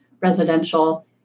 residential